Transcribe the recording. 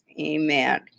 amen